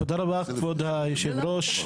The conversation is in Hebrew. תודה רבה, כבוד היושב ראש.